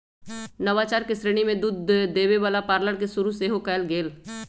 नवाचार के श्रेणी में दूध देबे वला पार्लर के शुरु सेहो कएल गेल